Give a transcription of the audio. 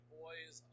boys